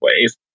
ways